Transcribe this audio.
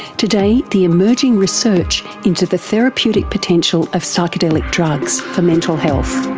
today, the emerging research into the therapeutic potential of psychedelic drugs for mental health.